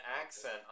accent